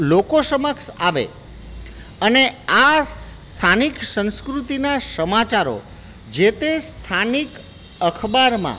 લોકો સમક્ષ આવે અને આ સ્થાનિક સંસ્કૃતિના સમાચારો જે તે સ્થાનિક અખબારમાં